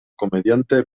comediante